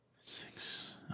Six